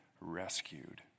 rescued